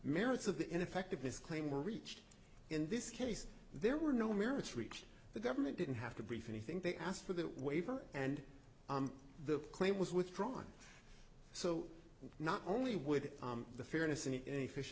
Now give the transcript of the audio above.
merits of the ineffectiveness claim were reached in this case there were no merits reached the government didn't have to brief anything they asked for that waiver and the claim was withdrawn so not only would the fairness in any fish